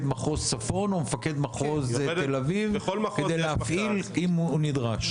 מחוז צפון או מפקד מחוז תל אביב כדי להפעיל אם הוא נדרש?